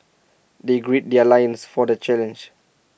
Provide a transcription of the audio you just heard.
they gird their loins for the challenge